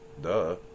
Duh